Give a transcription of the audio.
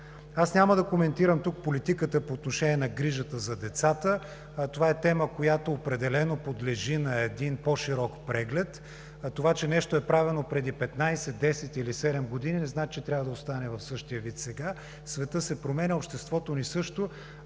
Аз няма да коментирам тук политиката по отношение на грижата за децата – това е тема, която определено подлежи на един по-широк преглед. Това, че нещо е правено преди 15, 10 или 7 години, не значи, че трябва да остане в същия вид сега. Светът се променя, обществото ни – също.